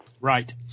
Right